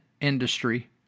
industry